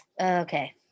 Okay